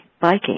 biking